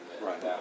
right